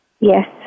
Yes